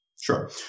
Sure